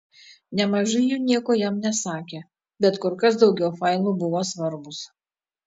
nemažai jų nieko jam nesakė bet kur kas daugiau failų buvo svarbūs